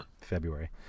February